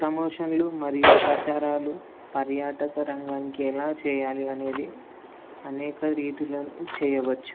ప్రమోషన్లు మరియు ప్రచారాలు పర్యాటక రంగానికి ఎలా చేయాలి అనేది అనేక రీతులను చేయవచ్చు